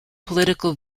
political